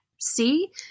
see